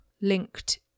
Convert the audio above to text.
linked